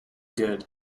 good